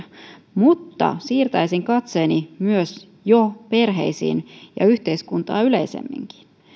mutta siirtäisin katseeni jo myös perheisiin ja yhteiskuntaan yleisemminkin